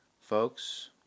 Folks